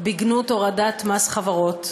בגנות הורדת מס חברות.